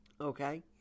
Okay